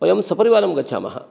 वयं सपरिवारं गच्छामः